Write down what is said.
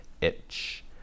itch